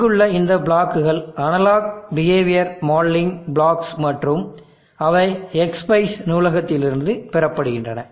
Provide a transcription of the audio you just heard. இங்குள்ள இந்த பிளாக்குகள் அனலாக் பிஹேவியரல் மாடலிங் பிளாக்ஸ் மற்றும் அவை Xspice நூலகத்திலிருந்து பெறப்படுகின்றன